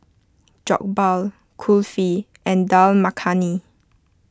Jokbal Kulfi and Dal Makhani